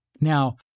Now